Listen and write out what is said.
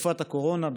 בתקופת הקורונה,